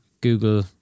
Google